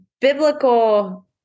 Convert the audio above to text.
biblical